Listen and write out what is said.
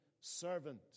servant